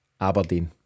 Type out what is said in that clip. Aberdeen